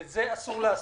ואת זה אסור לעשות.